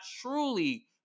truly